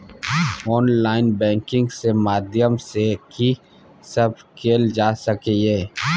Online banking के माध्यम सं की सब कैल जा सके ये?